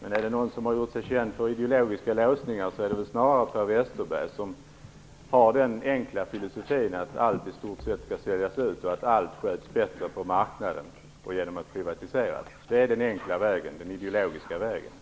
Men är det någon som har gjort sig känd för ideologiska låsningar är det snarare Per Westerberg som har den enkla filosofin att i stort sett allt skall säljas ut och att allt sköts bättre på marknaden och genom att privatiseras. Det är den enkla ideologiska vägen.